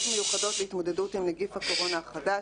מיוחדות להתמודדות עם נגיף הקורונה החדש